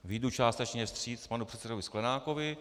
Vyjdu částečně vstříc panu předsedovi Sklenákovi.